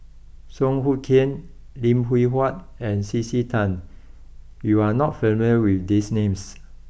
Song Hoot Kiam Lim Hwee Hua and C C Tan you are not familiar with these names